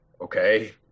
Okay